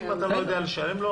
אם אתה לא יודע לשלם לו,